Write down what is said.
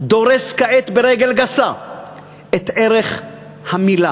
דורס כעת ברגל גסה את ערך המילה.